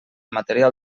material